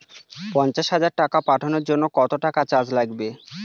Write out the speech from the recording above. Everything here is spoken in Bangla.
পণ্চাশ হাজার টাকা পাঠানোর জন্য কত টাকা চার্জ লাগবে?